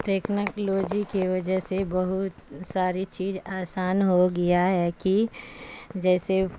technology کی وجہ سے بہت ساری چیز آسان ہو گیا ہے کہ جیسے